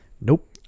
nope